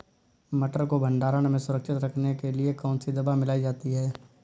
मटर को भंडारण में सुरक्षित रखने के लिए कौन सी दवा मिलाई जाती है?